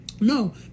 No